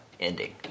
ending